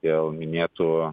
dėl minėtų